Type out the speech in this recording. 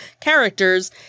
characters